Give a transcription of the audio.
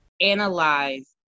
Analyze